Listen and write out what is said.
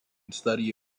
study